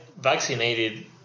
vaccinated